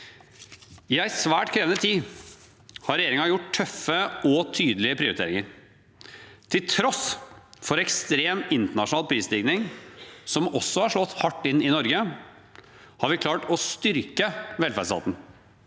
I en svært krevende tid har regjeringen gjort tøffe og tydelige prioriteringer. Til tross for ekstrem internasjonal prisstigning, som også har slått hardt inn i Norge, har vi klart å styrke velferdsstaten.